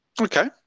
Okay